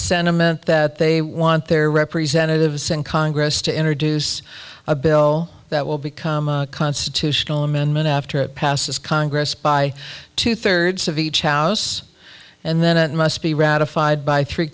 sentiment that they want their representatives in congress to introduce a bill that will become a constitutional amendment after it passes congress by two thirds of each house and then it must be ratified by three